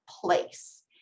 place